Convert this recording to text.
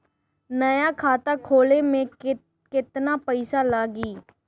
नया खाता खोले मे केतना पईसा लागि?